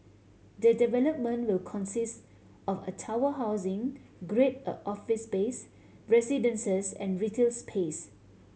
the development will consist of a tower housing Grade A a office space residences and retail space